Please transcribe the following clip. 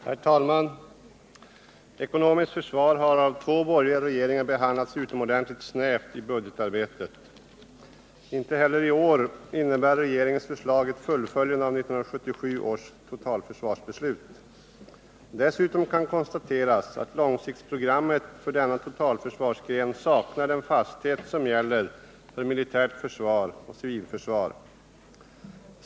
Herr talman! Ekonomiskt försvar har av två borgerliga regeringar behandlats utomordentligt snävt i budgetarbetet. Inte heller i år innebär regeringens förslag ett fullföljande av 1977 års totalförsvarsbeslut. Dessutom kan konstateras att långsiktsprogrammet för denna totalförsvarsgren saknar den fasthet som gäller för militärt försvar och civilförsvar.